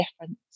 difference